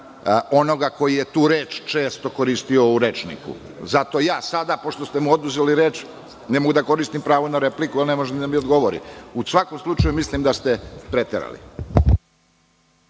onoga koji je tu reč često koristio u rečniku. Zato sada, pošto ste mu oduzeli reč, ne mogu da koristim pravo na repliku, a ne može ni da mi odgovori. U svakom slučaju, mislim da ste preterali.